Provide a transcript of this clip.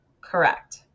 Correct